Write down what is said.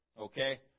okay